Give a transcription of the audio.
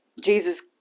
Jesus